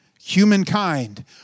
humankind